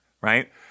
right